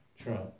Trump